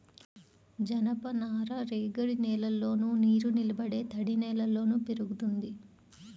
జనపనార రేగడి నేలల్లోను, నీరునిలబడే తడినేలల్లో పెరుగుతుంది